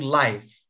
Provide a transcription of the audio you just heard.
life